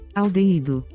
aldeído